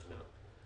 דיון בנושא הזה.